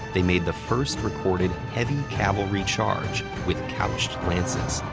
they made the first recorded heavy cavalry charge with couched lances,